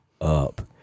up